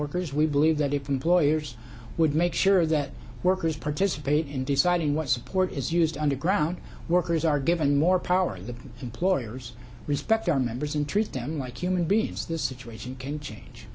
workers we believe that if employers would make sure that workers participate in deciding what support is used underground workers are given more power to employers respect their members and treat them like human beings this situation can change